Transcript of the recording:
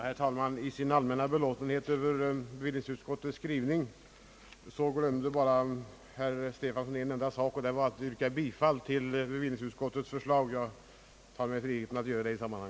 Herr talman! I sin allmänna belåtenhet över bevillningsutskottets skrivning glömde herr Stefanson bara en enda sak. Det var att yrka bifall till utskottets hemställan. Jag tar mig nu friheten att göra detta, herr talman!